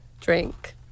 drink